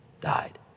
died